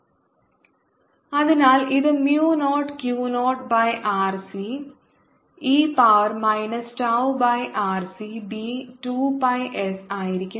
dl0I B 2πs0ddt Q0e tRC B 2πs 0Q0RC e tRC BI 0Q0e tRC2πRC s അതിനാൽ ഇത് mu not Q 0 by R C RC e power minus tau by RC B two 2 pi s ആയിരിക്കും